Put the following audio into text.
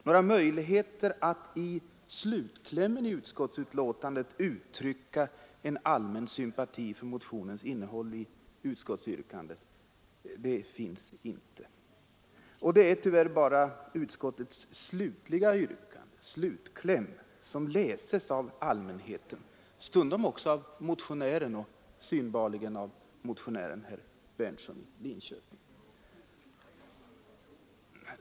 Några möjligheter att i slutklämmen av utskottsbetänkandet uttrycka en allmän sympati för motionens innehåll finns inte. Och det är tyvärr bara utskottsbetänkandets slutkläm som läses av allmänheten, stundom också av motionärer och synbarligen av motionären herr Berndtson.